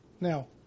now